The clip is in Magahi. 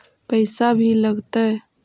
पैसा भी लगतय?